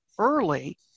early